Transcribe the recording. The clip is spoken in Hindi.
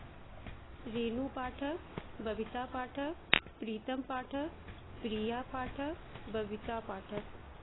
रेणु पाठक बबीता पाठक प्रीतम पाठक प्रिया पाठक बबीता पाठक